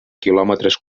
quilòmetres